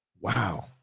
Wow